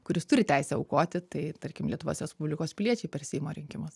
kuris turi teisę aukoti tai tarkim lietuvos respublikos piliečiai per seimo rinkimus